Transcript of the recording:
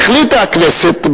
והחליטה הכנסת,